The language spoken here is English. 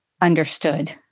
understood